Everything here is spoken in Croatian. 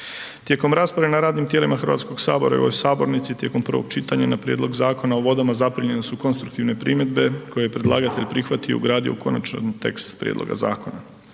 Tijekom rasprave na radnim tijelima Hrvatskog sabora i u ovoj sabornici tijekom prvog čitanja na prijedlog Zakona o vodama zaprimljene su konstruktivne primjedbe koje je predlagatelj prihvatio, ugradio u konačan tekst prijedloga zakona.